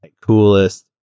coolest